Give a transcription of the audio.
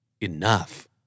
Enough